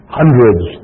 hundreds